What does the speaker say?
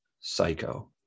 Psycho